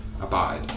Abide